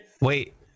Wait